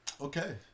Okay